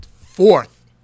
fourth